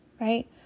right